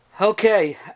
Okay